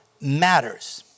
matters